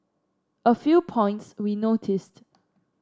a few points we noticed